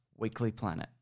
weeklyplanet